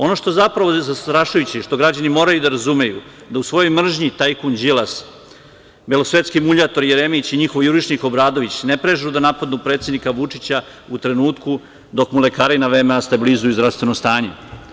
Ono što je zapravo zastrašujuće i što građani moraju da razumeju, da u svojoj mržnji tajkun Đilas, belosvetski muljator Jeremić i njihov jurišnik Obradović ne prežu da napadnu predsednika Vučića u trenutku dok mu lekari na VMA stabilizuju zdravstveno stanje.